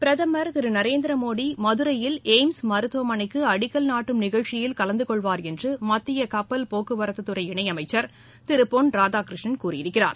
பிரதமர் திரு நரேந்திர மோடி மதுரையில் எயிம்ஸ் மருத்துவமனைக்கு அடிக்கல் நாட்டும் நிகழ்ச்சியில் கலந்துகொள்வார் என்று மத்திய கட்டல் போக்குவரத்துத்துறை இணையமைச்சர் திரு பொன் ராதாகிருஷ்ணன் கூறியிருக்கிறார்